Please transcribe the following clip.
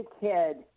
kid